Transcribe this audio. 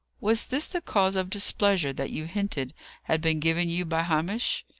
was this the cause of displeasure that you hinted had been given you by hamish?